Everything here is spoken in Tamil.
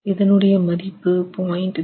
இதனுடைய மதிப்பு 0